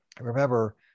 remember